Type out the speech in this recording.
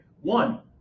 One